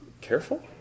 careful